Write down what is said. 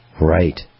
Right